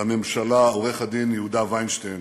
לממשלה עורך-הדין יהודה וינשטיין,